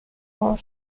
more